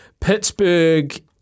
Pittsburgh